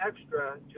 extra